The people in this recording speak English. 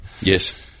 Yes